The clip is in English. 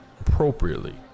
appropriately